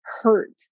hurt